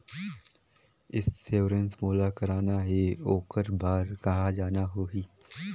Insurance मोला कराना हे ओकर बार कहा जाना होही?